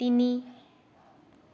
তিনি